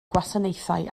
gwasanaethau